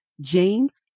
James